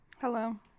Hello